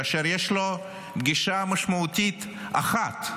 כאשר יש לו פגישה משמעותית אחת.